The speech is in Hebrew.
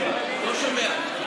לא שומע.